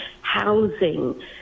housing